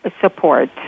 support